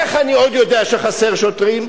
איך עוד אני יודע שחסרים שוטרים?